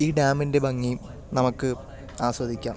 ഈ ഡാമിൻ്റെ ഭംഗി നമുക്ക് ആസ്വദിക്കാം